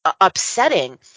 upsetting